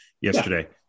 yesterday